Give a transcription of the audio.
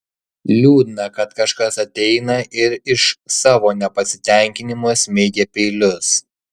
liūdna kad kažkas ateina ir iš savo nepasitenkinimo smeigia peilius